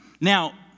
Now